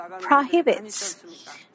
prohibits